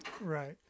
Right